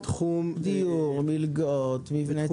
דיור, מלגות, מבני ציבור.